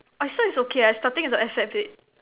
I swear it's okay I starting to accept it